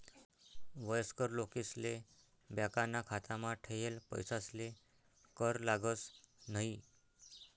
वयस्कर लोकेसले बॅकाना खातामा ठेयेल पैसासले कर लागस न्हयी